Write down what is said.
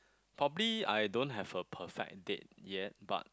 probably I don't have a perfect date yet but